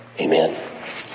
Amen